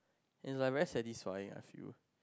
it's like very satisfying I feel